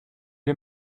est